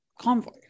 convoy